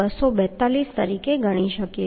242 તરીકે ગણી શકીએ